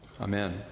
Amen